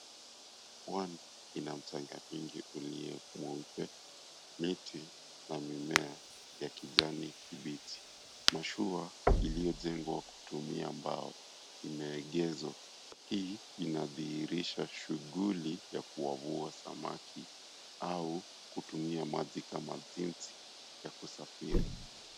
Pwani ina mchanga mingi ulio mweupe, miti na mimea ya kijani kibichi, mashua iliyojengwa kutumia mbao imeegezwa hii inadhihirisha shughuli ya kuwavua samaki au kutumia maji kama jinsi ya kusafiri.